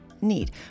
need